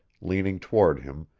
leaning toward him,